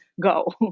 go